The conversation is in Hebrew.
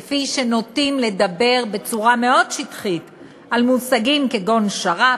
כפי שנוטים לדבר בצורה מאוד שטחית על מושגים כגון שר"פ,